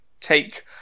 take